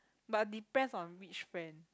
but depends on which friend